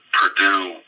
Purdue